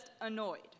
annoyed